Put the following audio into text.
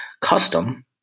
custom